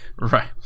Right